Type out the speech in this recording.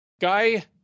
Guy